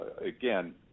again